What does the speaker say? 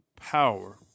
power